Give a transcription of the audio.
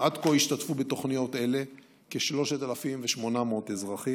עד כה השתתפו בתוכניות אלה כ-3,800 אזרחים.